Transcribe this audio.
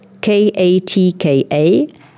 katka